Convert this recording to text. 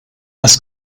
das